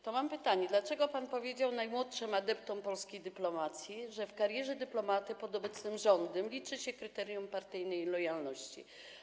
To mam pytanie: Dlaczego pan powiedział najmłodszym adeptom polskiej dyplomacji, że w karierze dyplomaty w obecnym rządzie liczy się kryterium partyjnej lojalności?